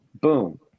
Boom